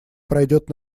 пройдет